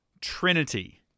Trinity